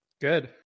Good